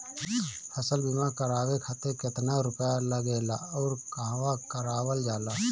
फसल बीमा करावे खातिर केतना रुपया लागेला अउर कहवा करावल जाला?